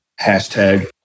hashtag